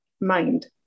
mind